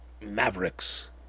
Mavericks